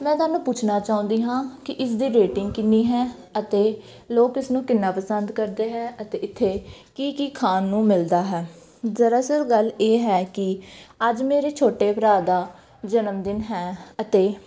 ਮੈਂ ਤੁਹਾਨੂੰ ਪੁੱਛਣਾ ਚਾਹੁੰਦੀ ਹਾਂ ਕਿ ਇਸ ਦੀ ਰੇਟਿੰਗ ਕਿੰਨੀ ਹੈ ਅਤੇ ਲੋਕ ਇਸ ਨੂੰ ਕਿੰਨਾ ਪਸੰਦ ਕਰਦੇ ਹੈ ਅਤੇ ਇੱਥੇ ਕੀ ਕੀ ਖਾਣ ਨੂੰ ਮਿਲਦਾ ਹੈ ਦਰਅਸਲ ਗੱਲ ਇਹ ਹੈ ਕਿ ਅੱਜ ਮੇਰੇ ਛੋਟੇ ਭਰਾ ਦਾ ਜਨਮ ਦਿਨ ਹੈ ਅਤੇ